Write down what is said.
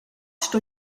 sto